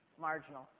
marginal